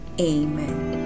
amen